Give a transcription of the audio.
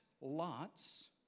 lots